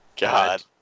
God